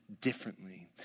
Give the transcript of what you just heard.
differently